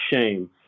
shame